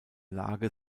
lage